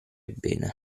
bene